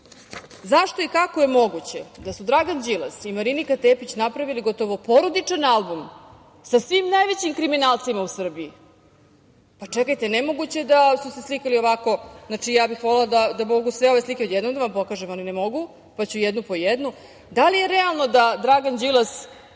Zašto i kako je moguće da su Dragan Đilas i Marinika Tepić napravili gotovo porodičan album sa svim najvećim kriminalcima u Srbiji? Čekajte, nemoguće je da su se slikali ovako. Volela bih da mogu sve ove slike odjednom da vam pokažem, ali ne mogu, pa ću jednu po jednu. Da li je realno da Dragan Đilas